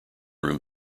room